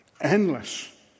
endless